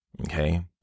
okay